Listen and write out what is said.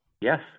yes